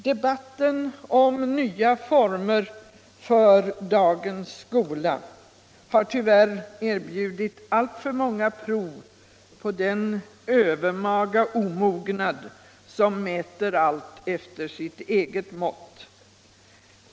Debatten om nya former för dagens skola har tyvärr erbjudit alltför många prov på den övermaga omognad som mäter allt efter sitt eget mått.